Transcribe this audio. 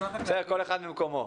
כל אחד במקומו.